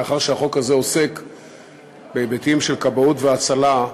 מאחר שהחוק הזה עוסק בהיבטים של כבאות והצלה,